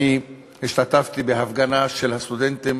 השתתפתי בהפגנה של סטודנטים